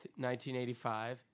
1985